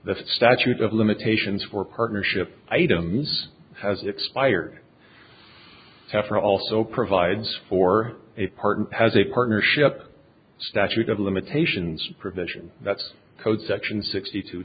the statute of limitations for partnership items has expired after also provides for a part and has a partnership statute of limitations provision that's code section sixty two